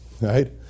right